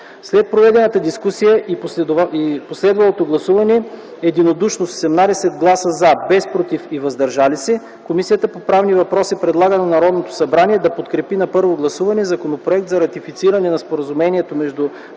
След проведената дискусия и последвалото гласуване единодушно с 18 гласа „за”, без „против” и „въздържали се”, Комисията по правни въпроси предлага на Народното събрание да подкрепи на първо гласуване Законопроекта за ратифициране на Споразумението между